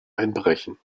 einbrechen